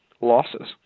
losses